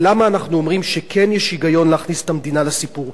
ולמה אנחנו אומרים שכן יש היגיון להכניס את המדינה לסיפור?